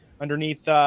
underneath –